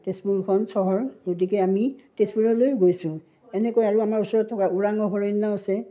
তেজপুৰখন চহৰ গতিকে আমি তেজপুৰলৈ গৈছোঁ এনেকৈ আৰু আমাৰ ওচৰত থকা ওৰাং অভয়াৰণ্য আছে